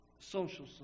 social